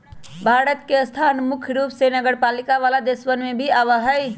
भारत के स्थान मुख्य रूप से नगरपालिका वाला देशवन में ही आवा हई